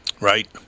Right